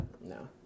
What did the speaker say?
No